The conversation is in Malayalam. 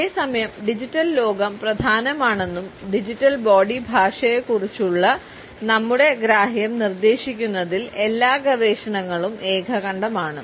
അതേസമയം ഡിജിറ്റൽ ലോകം പ്രധാനമാണെന്നും ഡിജിറ്റൽ ബോഡി ഭാഷയെക്കുറിച്ചുള്ള നമ്മുടെ ഗ്രാഹ്യം നിർദ്ദേശിക്കുന്നതിൽ എല്ലാ ഗവേഷണങ്ങളും ഏകകണ്ഠമാണ്